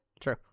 True